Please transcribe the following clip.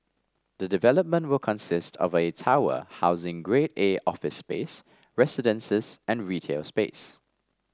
the development will consist of a tower housing Grade A office space residences and retail space